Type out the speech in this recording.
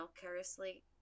carelessly